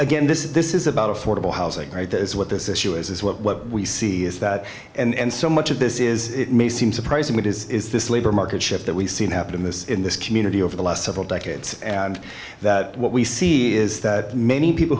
again this is this is about affordable housing right this is what this issue is is what what we see is that and so much of this is it may seem surprising but is this labor market shift that we've seen happen in this in this community over the last several decades and that what we see is that many people